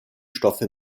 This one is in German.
stoffe